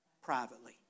Privately